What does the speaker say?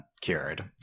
cured